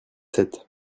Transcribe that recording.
sept